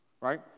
Right